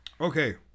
Okay